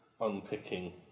unpicking